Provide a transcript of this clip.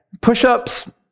Push-ups